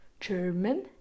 German